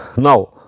now,